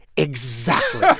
exactly.